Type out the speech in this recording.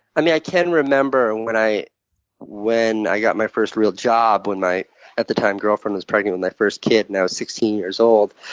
i mean, i can remember when i when i got my first real job when my at the time girlfriend was pregnant with my first kid and i was sixteen years old,